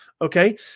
Okay